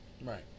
right